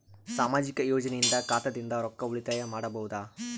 ಸಾಮಾಜಿಕ ಯೋಜನೆಯಿಂದ ಖಾತಾದಿಂದ ರೊಕ್ಕ ಉಳಿತಾಯ ಮಾಡಬಹುದ?